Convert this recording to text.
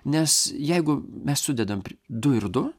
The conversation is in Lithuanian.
nes jeigu mes sudedam du ir du